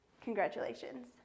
congratulations